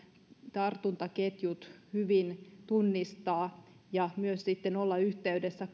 tartuntaketjut hyvin tunnistaa ja myös sitten olla yhteydessä